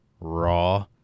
Raw